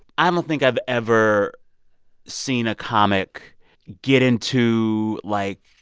i don't think i've ever seen a comic get into, like,